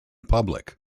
public